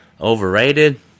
Overrated